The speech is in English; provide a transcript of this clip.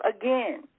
again